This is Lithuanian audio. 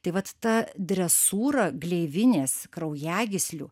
tai vat ta dresūra gleivinės kraujagyslių